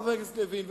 חבר הכנסת לוין,